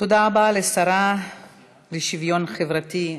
תודה רבה לשרה לשוויון חברתי,